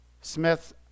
Smith